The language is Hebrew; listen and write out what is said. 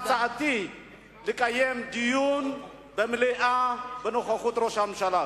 הצעתי היא לקיים דיון במליאה בנוכחות ראש הממשלה.